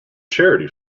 charity